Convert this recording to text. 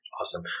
Awesome